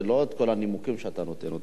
לא את כל הנימוקים שאתה נותן.